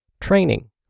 training